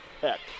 heck